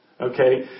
Okay